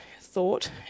thought